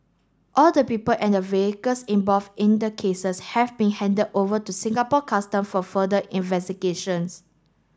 all the people and the vehicles involved in the cases have been handed over to Singapore Custom for further investigations